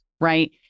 Right